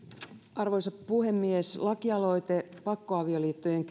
arvoisa puhemies lakialoite pakkoavioliittojen